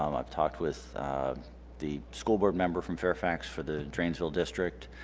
um i've talked with the school board member from fairfax for the drainsville district.